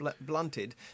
blunted